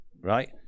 right